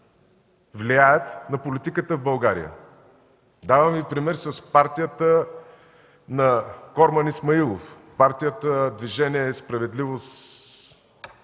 влияят на политиката в България. Давам Ви пример с партията на Корман Исмаилов – Партията „Движение, справедливост...”